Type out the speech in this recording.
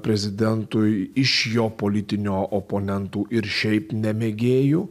prezidentui iš jo politinio oponentų ir šiaip ne mėgėjų